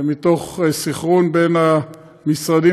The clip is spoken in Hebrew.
ומתוך סנכרון בין המשרדים,